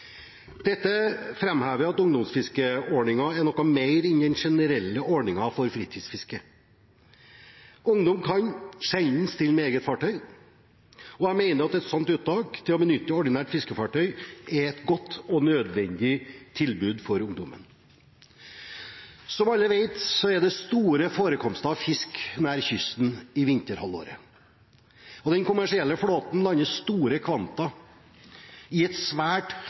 Dette framhever at ungdomsfiskeordningen er noe mer enn den generelle ordningen for fritidsfiske. Ungdom kan sjelden stille med eget fartøy, og jeg mener at et slikt unntak til å benytte ordinært fiskefartøy er et godt og nødvendig tilbud for ungdommen. Som alle vet, er det store forekomster av fisk nær kysten i vinterhalvåret, og den kommersielle flåten lander store kvanta i et svært